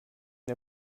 der